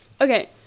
okay